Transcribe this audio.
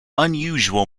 unusual